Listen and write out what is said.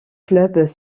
clubs